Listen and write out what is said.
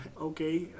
okay